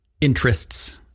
interests